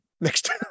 next